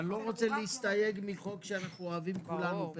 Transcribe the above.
אני לא רוצה להסתייג מחוק שאנחנו אוהבים כולנו פה